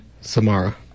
Samara